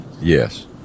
yes